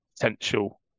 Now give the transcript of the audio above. potential